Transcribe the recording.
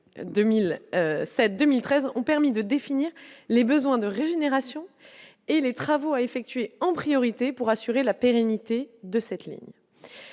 2007, 2013 ont permis de définir les besoins de régénération et les travaux à effectuer en priorité pour assurer la pérennité de cette ligne,